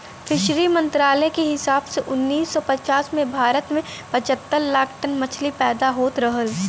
fishery मंत्रालय के हिसाब से उन्नीस सौ पचास में भारत में पचहत्तर लाख टन मछली पैदा होत रहल